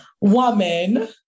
woman